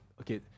okay